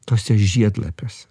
tuose žiedlapiuose